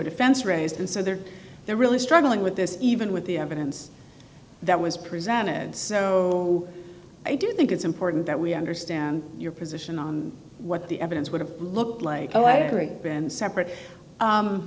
defense raised and so they're they're really struggling with this even with the evidence that was presented so i do think it's important that we understand your position on what the evidence would have looked like a letter and been separate